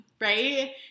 right